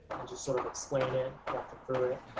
and just sort of explain it, walk them through it,